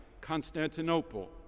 Constantinople